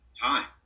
time